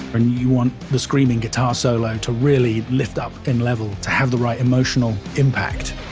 and you want the screaming guitar solo to really lift up in level to have the right emotional impact